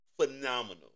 Phenomenal